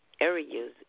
areas